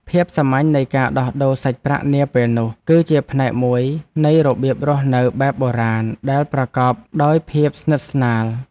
ភាពសាមញ្ញនៃការដោះដូរសាច់ប្រាក់នាពេលនោះ គឺជាផ្នែកមួយនៃរបៀបរស់នៅបែបបុរាណដែលប្រកបដោយភាពស្និទ្ធស្នាល។